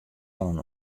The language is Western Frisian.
fan